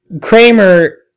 Kramer